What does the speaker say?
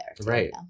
Right